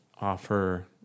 offer